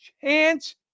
chance